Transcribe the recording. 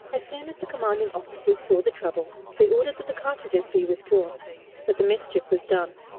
as soon as the commanding officers saw the trouble, they ordered that the cartridges be withdrawn but the mischief was done.